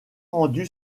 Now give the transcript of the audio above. rendue